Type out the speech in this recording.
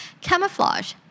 camouflage